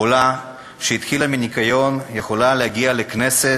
עולה, שהתחילה בניקיון, יכולה להגיע לכנסת,